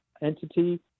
entity